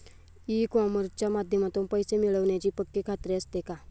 E कॉमर्सच्या माध्यमातून पैसे मिळण्याची पक्की खात्री असते का?